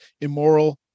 immoral